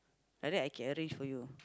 like that I can arrange for you